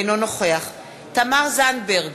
אינו נוכח תמר זנדברג,